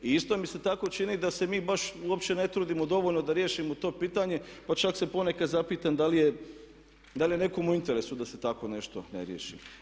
I isto mi se tako čini da se mi baš uopće ne trudimo dovoljno da riješimo to pitanje pa čak se ponekad zapitam da li je nekom u interesu da se takvo nešto ne riješi.